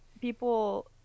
people